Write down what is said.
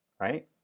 right